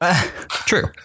True